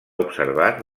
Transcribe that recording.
observat